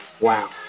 Wow